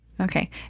okay